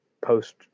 post